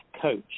coach